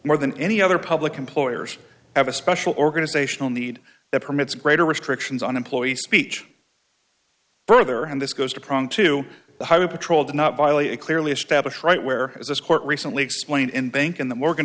more than any other public employers have a special organizational need that permits greater restrictions on employee speech further and this goes to prong two the highway patrol did not violate a clearly established right where as this court recently explained in bank in the morgan